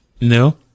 no